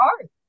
art